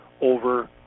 over